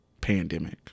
pandemic